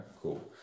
cool